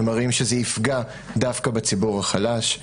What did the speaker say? שמראים שזה יפגע דווקא בציבור החלש.